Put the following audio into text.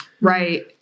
right